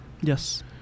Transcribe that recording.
yes